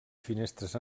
finestres